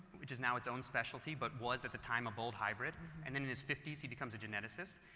which is now its own specialty but was at the time of bold hybrid and then in his fifty s he becomes a geneticist,